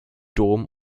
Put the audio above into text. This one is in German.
dom